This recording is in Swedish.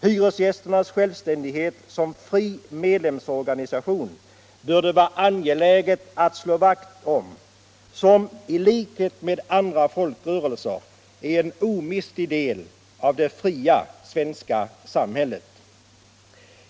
Hyresgäströrelsens självständighet som fri medlemsorganisation bör det vara angeläget att slå vakt om — den är i likhet med andra folkrörelser en omistlig del av det fria svenska samhället.